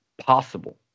possible